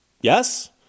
yes